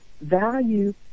value